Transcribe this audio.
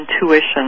intuition